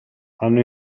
hanno